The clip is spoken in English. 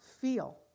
feel